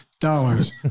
Dollars